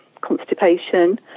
constipation